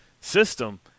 system